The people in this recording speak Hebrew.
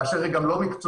כאשר היא גם לא מקצועית,